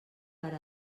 per